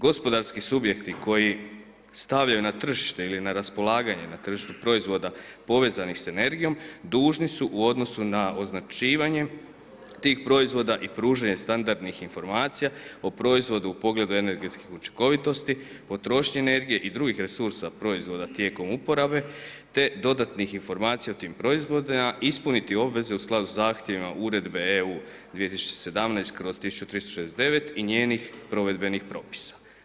Gospodarski subjekti koji stavljaju na tržište ili na raspolaganje na tržištu proizvoda povezanih sa energijom dužni su u odnosu na označivanje tih proizvoda i pružanje standardnih informacija o proizvodu u pogledu energetskih učinkovitosti, potrošnje energije i drugih resursa proizvoda tijekom uporabe te dodatnih informacijama o tim proizvodima ispuniti obveze u skladu sa zahtjevima Uredbe EU 2017/1369 i njenih provedbenih propisa.